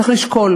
צריך לשקול